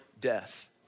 death